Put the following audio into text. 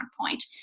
point